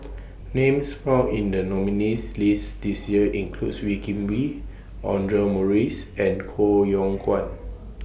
Names found in The nominees' list This Year include Wee Kim Wee Audra Morrice and Koh Yong Guan